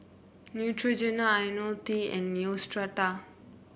Neutrogena IoniL T and Neostrata